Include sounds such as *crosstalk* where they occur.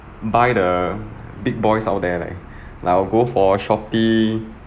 buy the big boys out there leh *breath* like I'll go for Shopee